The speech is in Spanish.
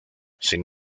sin